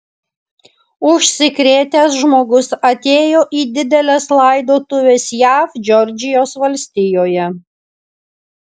užsikrėtęs žmogus atėjo į dideles laidotuves jav džordžijos valstijoje